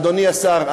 אדוני השר,